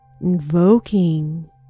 Invoking